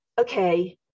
okay